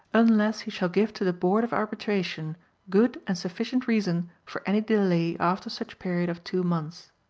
unless he shall give to the board of arbitration good and sufficient reason for any delay after such period of two months.